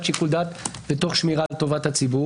שיקול דעת ותוך שמירה על טובת הציבור".